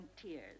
tears